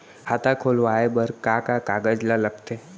खाता खोलवाये बर का का कागज ल लगथे?